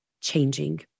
changing